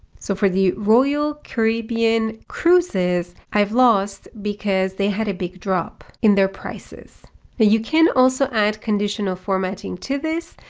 so for the royal caribbean cruises, i've lost because they had a big drop in their prices. but you can also add conditional formatting to this.